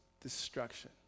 destruction